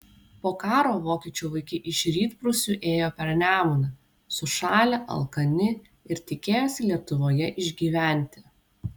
po karo vokiečių vaikai iš rytprūsių ėjo per nemuną sušalę alkani ir tikėjosi lietuvoje išgyventi